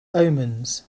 omens